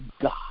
God